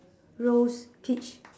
rose peach